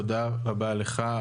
תודה רבה לך,